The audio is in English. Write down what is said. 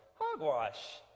Hogwash